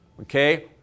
Okay